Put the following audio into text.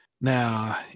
Now